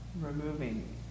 removing